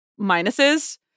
minuses